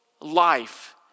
life